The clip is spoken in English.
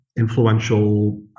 influential